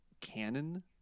Canon